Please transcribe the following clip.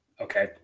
okay